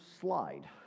slide